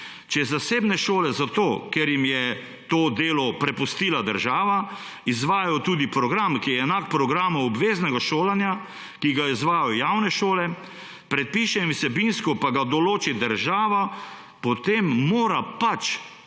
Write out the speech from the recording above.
če zasebne šole zato, ker jim je to delo prepustila država, izvajajo tudi program, ki je enak programu obveznega šolanja, ki ga izvajajo javne šole, predpiše in vsebinsko pa ga določi država, potem mora po